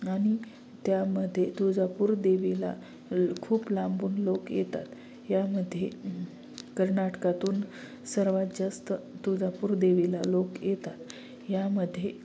आणि त्यामध्ये तुळजापूर देवीला खूप लांबून लोक येतात यामध्ये कर्नाटकातून सर्वात जास्त तुळजापूर देवीला लोक येतात यामध्ये